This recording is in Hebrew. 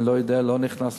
אני לא נכנס לסיפורים,